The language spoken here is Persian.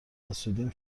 حسودیم